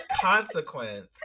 consequence